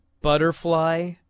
butterfly